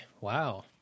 Wow